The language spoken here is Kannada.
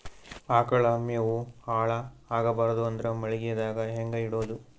ಆಕಳ ಮೆವೊ ಹಾಳ ಆಗಬಾರದು ಅಂದ್ರ ಮಳಿಗೆದಾಗ ಹೆಂಗ ಇಡೊದೊ?